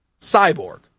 Cyborg